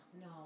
no